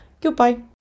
Goodbye